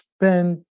spend